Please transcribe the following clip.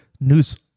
news